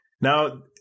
Now